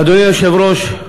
אדוני היושב-ראש,